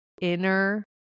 inner